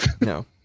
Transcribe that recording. no